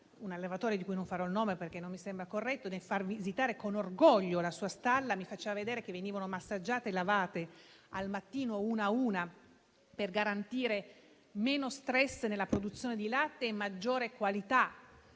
un allevatore, di cui non farò il nome perché non mi sembra corretto, nel farmi visitare con orgoglio la sua stalla, mi mostrava come al mattino venivano massaggiate e lavate, una per una, per garantire meno *stress* nella produzione di latte e maggiore qualità.